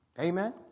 Amen